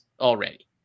already